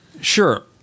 sure